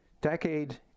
decade